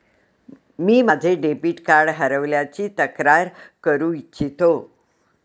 मी माझे debit card हरवल्याची तक्रार करू इच्छितो